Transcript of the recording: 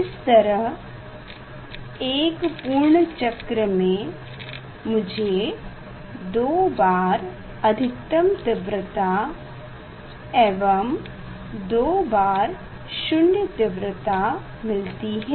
इस तरह एक पूर्ण चक्र में मुझे 2 बार अधिकतम तीव्रता एवं 2 बार शून्य तीव्रता मिलती है